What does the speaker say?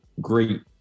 great